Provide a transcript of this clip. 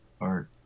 art